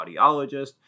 audiologist